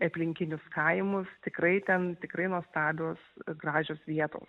aplinkinius kaimus tikrai ten tikrai nuostabios gražios vietos